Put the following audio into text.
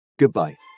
Goodbye